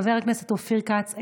חבר הכנסת אופיר כץ,